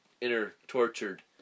inner-tortured